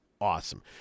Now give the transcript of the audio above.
awesome